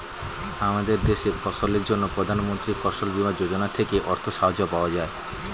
আমাদের দেশে ফসলের জন্য প্রধানমন্ত্রী ফসল বীমা যোজনা থেকে অর্থ সাহায্য পাওয়া যায়